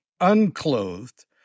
unclothed